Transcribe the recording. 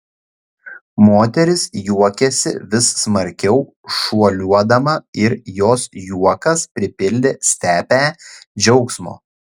moteris juokėsi vis smarkiau šuoliuodama ir jos juokas pripildė stepę džiaugsmo